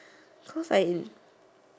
cause like